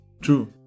true